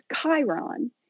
Chiron